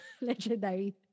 legendary